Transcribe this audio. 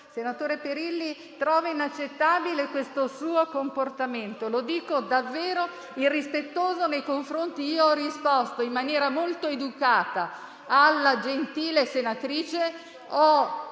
Senatore Perilli, trovo inaccettabile questo suo comportamento davvero irrispettoso. Io ho risposto in maniera molto educata alla gentile senatrice,